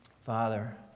Father